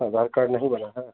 आधार card नहीं बना है